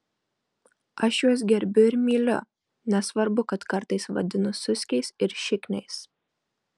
aš juos gerbiu ir myliu nesvarbu kad kartais vadinu suskiais ir šikniais